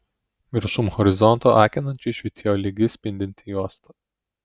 viršum horizonto akinančiai švytėjo lygi spindinti juosta